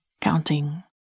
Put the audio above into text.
counting